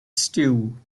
stew